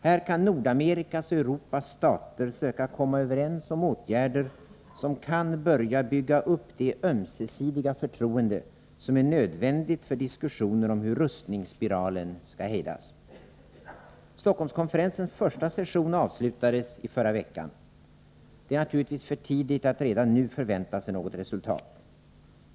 Här kan Nordamerikas och Europas stater söka komma överens om åtgärder som kan börja bygga upp det ömsesidiga förtroende som är nödvändigt för diskussioner om hur rustningsspiralen skall hejdas. Stockholmskonferensens första session avslutades i förra veckan. Det är naturligtvis för tidigt att redan nu förvänta sig något resultat.